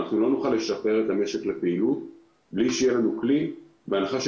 לא נוכל לשחרר את המשק לפעילות בלי שיהיה לנו כלי כזה.